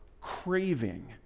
Craving